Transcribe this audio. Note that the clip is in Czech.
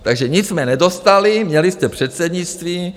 Takže nic jsme nedostali, měli jste předsednictví.